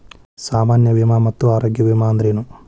ಸಾಮಾನ್ಯ ವಿಮಾ ಮತ್ತ ಆರೋಗ್ಯ ವಿಮಾ ಅಂದ್ರೇನು?